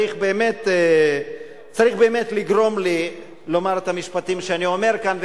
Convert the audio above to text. צריך באמת לגרום לי לומר את המשפטים שאני אומר כאן,